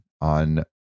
on